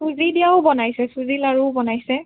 চুজি দিয়াও বনাইছে চুজি লাৰুও বনাইছে